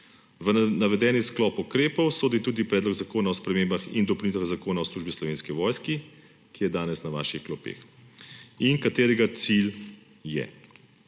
V navedeni sklop ukrepov sodi tudi Predlog zakona o spremembah in dopolnitvah Zakona o službi Slovenski vojski, ki je danes na vaših klopeh in katerega cilj je: